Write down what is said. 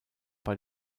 bei